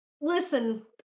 Listen